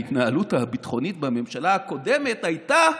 ההתנהלות הביטחונית בממשלה הקודמת הייתה